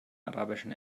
arabischen